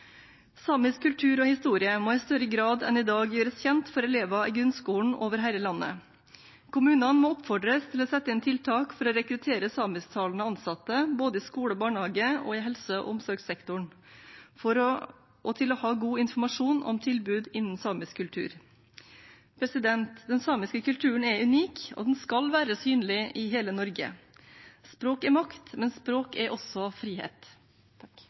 kultur og historie må i større grad enn i dag gjøres kjent for elever i grunnskolen over hele landet. Kommunene må oppfordres til å sette inn tiltak for å rekruttere samisktalende ansatte, både i skole og barnehage og i helse- og omsorgssektoren, og til å ha god informasjon om tilbud innen samisk kultur. Den samiske kulturen er unik, og den skal være synlig i hele Norge. Språk er makt, men språk er også frihet.